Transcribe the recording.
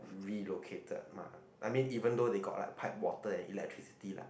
relocated mah I mean even though they got like pipewater and electricity lah